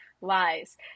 lies